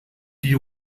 die